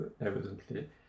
evidently